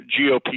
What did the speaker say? gop